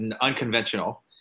unconventional